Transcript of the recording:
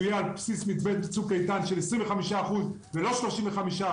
שהוא יהיה על בסיס מתווה "צוק איתן" של 25% ולא 35%,